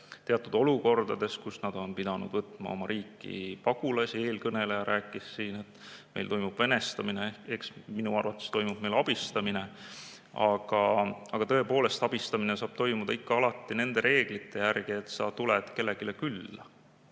teatud olukordades, kus nad on pidanud võtma oma riiki pagulasi. Eelkõneleja rääkis siin sellest, et meil toimub venestamine. Minu arvates toimub meil abistamine, aga tõepoolest, abistamine saab toimuda ikka ja alati nende reeglite järgi, et sa tuled kellelegi külla,